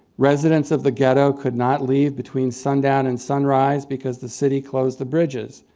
residents of the ghetto could not leave between sundown and sunrise because the city closed the bridges.